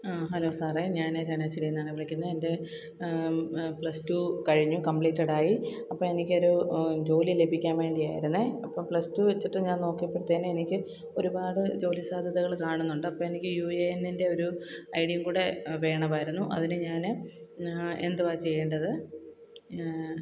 അ hello സാറെ ഞാന് ചങ്ങനാശേരീന്നാണ് വിളിക്കുന്നെ എന്റെ പ്ലസ് ടു കഴിഞ്ഞു കമ്പ്ലീറ്റഡായി അപ്പോഴെനിക്കൊരു ജോലി ലഭിക്കാന് വേണ്ടിയാരുന്നെ അപ്പോള് പ്ലസ് ടു വെച്ചിട്ട് ഞാന് നോക്കിയപ്പോഴത്തേനെനിക്ക് ഒരുപാട് ജോലിസാധ്യതകള് കാണുന്നുണ്ട് ഉണ്ടപ്പോള് എനിക്ക് യു എ എന്നിന്റെ ഒരു ഐ ഡിയും കൂടെ വേണമായിരുന്നു അതിനു ഞാന് എന്തുവാ ചെയ്യേണ്ടത്